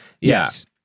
yes